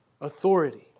authority